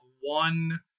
one